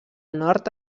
nord